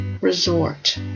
resort